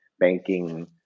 banking